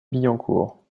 billancourt